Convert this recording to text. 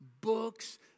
Books